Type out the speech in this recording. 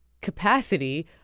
capacity